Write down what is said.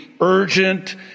urgent